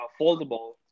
foldable